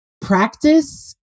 practice